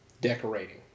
Decorating